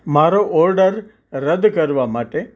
મારો ઓર્ડર રદ કરવા માટે